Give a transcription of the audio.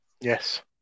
Yes